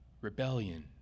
rebellion